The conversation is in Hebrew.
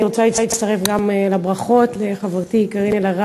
גם אני רוצה להצטרף לברכות לחברתי